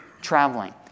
traveling